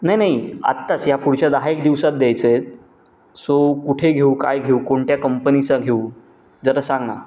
नाही नाही आत्ताच या पुढच्या दहा एक दिवसांत द्यायचे आहेत सो कुठे घेऊ काय घेऊ कोणत्या कंपनीचा घेऊ जरा सांग ना